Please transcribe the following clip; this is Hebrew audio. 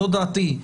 זאת דעתי.